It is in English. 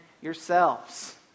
yourselves